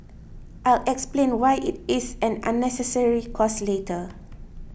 I'll explain why it is an unnecessary cost later